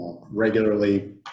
regularly